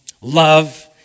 love